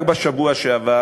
רק בשבוע שעבר